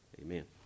amen